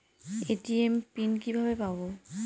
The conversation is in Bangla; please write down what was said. এ.টি.এম পিন কিভাবে পাবো?